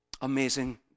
Amazing